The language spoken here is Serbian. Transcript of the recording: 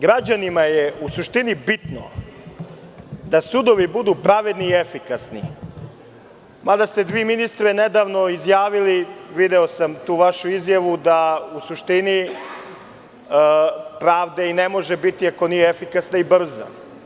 Građanima je u suštini bitno da sudovi budu pravedni i efikasni, mada ste vi ministre nedavno izjavili, video sam tu vašu izjavu da u suštini pravde ne može biti, ako nije efikasna i brza.